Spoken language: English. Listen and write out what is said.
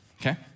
okay